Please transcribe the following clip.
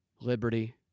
liberty